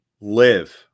live